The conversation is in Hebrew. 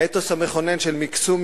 האתוס המכונן של מקסום,